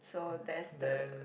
so that's the